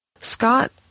Scott